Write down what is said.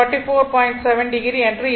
7 o என்று இருக்கும்